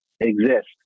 Exist